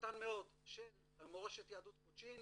מאוד של מורשת יהדות קוצ'ין.